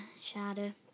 schade